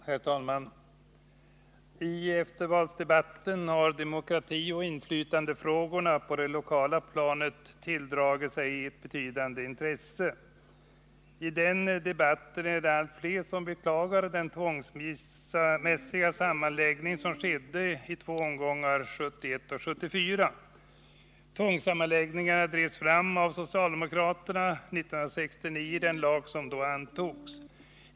Herr talman! I eftervalsdebatten har demokratioch inflytandefrågorna på det lokala planet tilldragit sig ett betydande intresse. I den debatten är det allt fler som beklagar den tvångsmässiga kommunsammanläggning som skedde i två omgångar 1971 och 1974. Tvångssammanläggningarna drevs igenom av socialdemokraterna 1969 i den lag som då antogs.